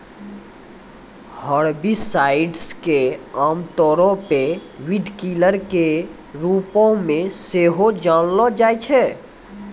herbicides के आमतौरो पे वीडकिलर के रुपो मे सेहो जानलो जाय छै